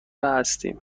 هستیم